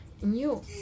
new